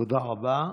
תודה רבה.